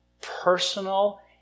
personal